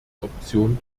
option